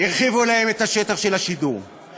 הרחיבו להם את השטח של השידור,